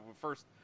First